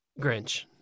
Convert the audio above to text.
Grinch